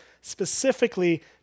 specifically